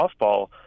softball